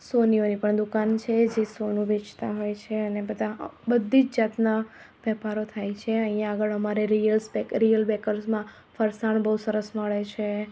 સોનીઓની દુકાન પણ છે જે સોનું વેચતા હોય છે અને બધાં બધી જ જાતના વેપારો થાય છે અહિયાં આગળ રિયલ્સ બેકર રિયલ બેકર્સમાં ફરસાણ બહુ સરસ મળે છે